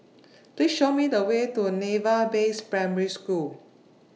Please Show Me The Way to Naval Base Primary School